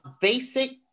basic